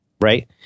Right